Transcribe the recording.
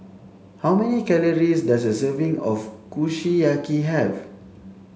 how many calories does a serving of Kushiyaki have